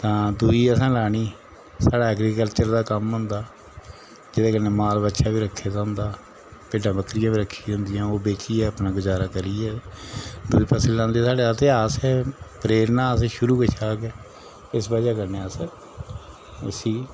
तां दुई असें लानी स्हाड़ा ऐग्रीकल्चर दा कम्म होंदा जेह्दे कन्नै माल बच्छा बी रक्खे दा होंदा भिड्डां बक्करियां बी रक्खी दी होन्दियां ओह् बेचियै अपना गजारा करियै ते दूई फसल लांदे साढ़े इत्थें ते असें प्रेरणा अस शुरू कशा गै इस बजह् कन्नै अस इसी